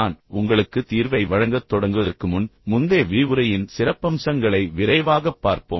நான் உங்களுக்கு தீர்வை வழங்கத் தொடங்குவதற்கு முன் முந்தைய விரிவுரையின் சிறப்பம்சங்களை விரைவாகப் பார்ப்போம்